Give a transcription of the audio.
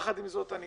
עם זאת, אני